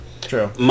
True